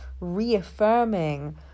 reaffirming